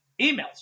emails